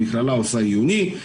המכללה עושה מיונים,